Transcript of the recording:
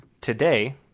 today